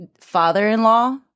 father-in-law